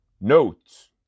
Notes